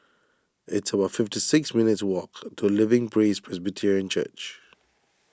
it's about fifty six minutes' walk to Living Praise Presbyterian Church